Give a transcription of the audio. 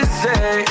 say